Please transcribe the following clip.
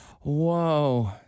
Whoa